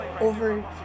over